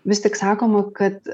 vis tik sakoma kad